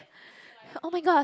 oh-my-god